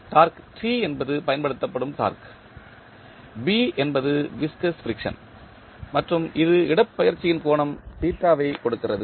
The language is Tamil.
டார்க்கு T என்பது பயன்படுத்தப்படும் டார்க்கு B என்பது விஸ்கஸ் ஃபிரிக்சன் மற்றும் இது இடப்பெயர்ச்சியின் கோணம் வைக் கொடுக்கிறது